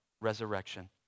resurrection